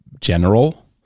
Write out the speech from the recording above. general